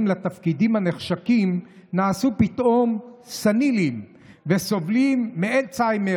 לתפקידים הנחשקים נעשו פתאום סניליים וסובלים מאלצהיימר